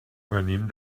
venim